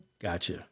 Gotcha